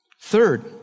Third